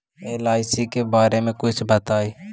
LIC के बारे मे कुछ बताई?